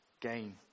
Gain